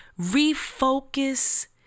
refocus